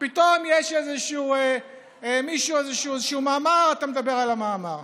פתאום יש איזשהו מאמר, אתה מדבר על המאמר.